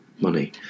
money